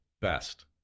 best